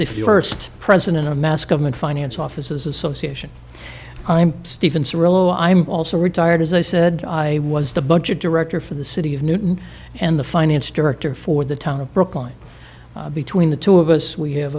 the first president of mass government finance offices association i'm stephen ciriello i'm also retired as i said i was the budget director for the city of newton and the finance director for the town of brookline between the two of us we have